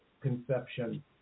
conception